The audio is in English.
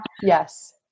Yes